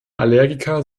allergiker